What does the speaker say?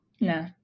No